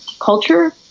culture